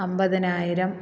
അൻപതിനായിരം